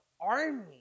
army